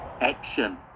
action